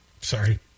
Sorry